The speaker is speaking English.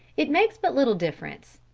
it makes but little difference.